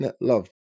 Love